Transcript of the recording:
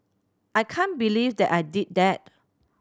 I can't believe that I did that